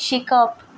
शिकप